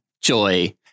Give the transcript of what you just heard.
Joy